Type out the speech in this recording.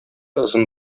озын